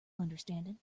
understanding